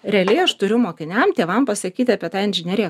realiai aš turiu mokiniam tėvam pasakyti apie tą inžineriją